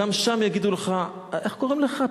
גם שם יגידו לך: איך קוראים לך?